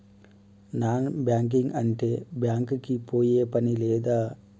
Non banking అంటే bank కి పోయే పని లేదా?